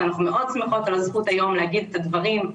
אנחנו מאוד שמחות על הדיון היום כדי לומר את הדברים.